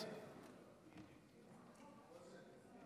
יועז.